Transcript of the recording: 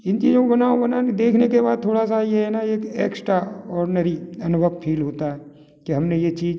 इन चीज़ों को बना बना के देखने के बाद थाेड़ा सा ये है ना एक एक्शटाऑडनरी अनुभव फील होता है कि हम ने ये चीज़